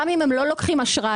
גם אם הם לא לוקחים אשראי,